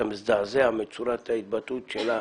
אתה מזדעזע מצורת ההתבטאות שלה.